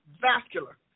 vascular